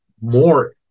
more